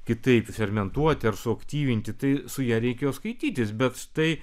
kitaip fermentuoti ir suaktyvinti tai su ja reikėjo skaitytis bet tai